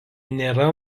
nėra